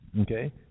Okay